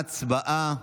הצבעה.